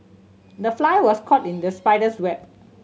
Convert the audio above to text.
the fly was caught in the spider's web